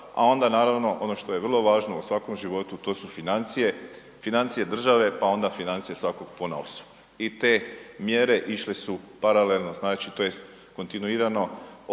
a onda naravno ono što je vrlo važno u svakom životu, to su financije, financije države, pa onda financije svakog ponaosob. I te mjere išle su paralelno, znači tj. kontinuirano od